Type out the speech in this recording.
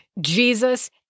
Jesus